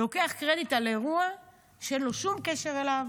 לוקח קרדיט על אירוע שאין לו שום קשר אליו,